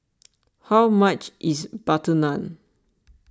how much is Butter Naan